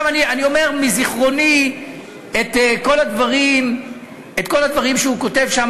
אני אומר מזיכרוני את כל הדברים שהוא כותב שם.